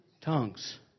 Tongues